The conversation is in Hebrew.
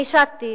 אני שטתי